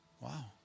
Wow